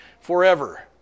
forever